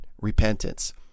repentance